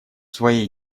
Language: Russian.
своей